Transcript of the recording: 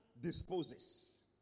disposes